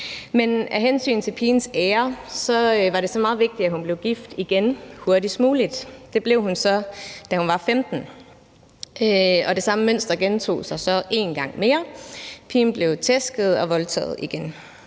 Men af hensyn til pigens ære var det så meget vigtigt, at hun blev gift igen hurtigst muligt. Det blev hun så, da hun var 15 år, og det samme mønster gentog sig så en gang mere. Pigen blev tæsket og voldtaget igen.